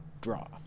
draw